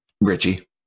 Richie